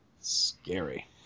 Scary